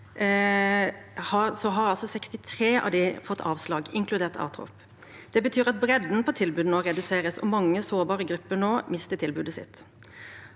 63 av dem fått avslag, inkludert ATROP. Det betyr at bredden på tilbudet nå reduseres, og mange sårbare grupper mister tilbudet sitt.